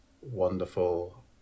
wonderful